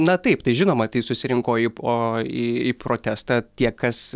na taip tai žinoma tai susirinko į o į protestą tie kas